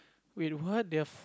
wait what they have